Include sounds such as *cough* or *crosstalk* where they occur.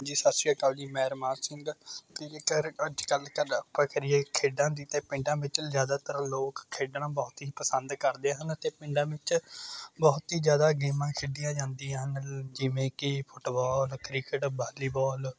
ਹਾਂਜੀ ਸਤਿ ਸ਼੍ਰੀ ਅਕਾਲ ਜੀ ਮੈਂ ਅਰਮਾਨ ਸਿੰਘ *unintelligible* ਅੱਜ ਕੱਲ੍ਹ ਗੱਲ ਆਪਾਂ ਕਰੀਏ ਖੇਡਾਂ ਦੀ ਅਤੇ ਪਿੰਡਾਂ ਵਿੱਚ ਜ਼ਿਆਦਾਤਰ ਲੋਕ ਖੇਡਣਾ ਬਹੁਤ ਹੀ ਪਸੰਦ ਕਰਦੇ ਹਨ ਅਤੇ ਪਿੰਡਾਂ ਵਿੱਚ ਬਹੁਤ ਹੀ ਜ਼ਿਆਦਾ ਗੇਮਾਂ ਖੇਡੀਆਂ ਜਾਂਦੀਆਂ ਹਨ ਲ ਜਿਵੇਂ ਕਿ ਫੁੱਟਬੋਲ ਕ੍ਰਿਕਟ ਵਾਲੀਵੋਲ